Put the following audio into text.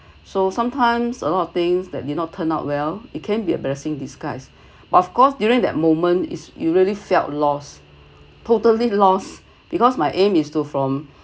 so sometimes a lot of things that did not turn out well it can be embarrassing disguise but of course during that moment is you really felt lost totally lost because my aim is to from